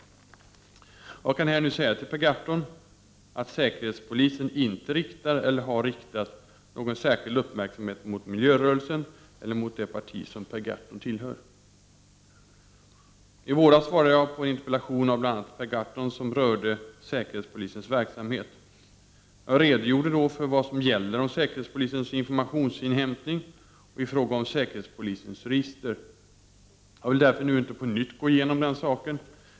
Och jag kan här nu säga till Per Gahrton att säkerhetspolisen inte riktar, eller har riktat, någon särskild uppmärksamhet mot miljörörelsen eller mot det parti som Per Gahrton tillhör. I våras svarade jag på en interpellation av bl.a. Per Gahrton som rörde säkerhetspolisens verksamhet. Jag redogjorde då för vad som gäller om säkerhetspolisens informationsinhämtning och i fråga om säkerhetspolisens register. Jag vill därför nu inte på nytt gå igenom den saken.